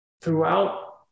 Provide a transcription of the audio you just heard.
throughout